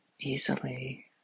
easily